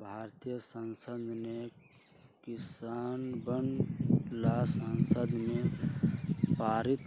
भारतीय संसद ने किसनवन ला संसद में पारित